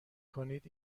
کنید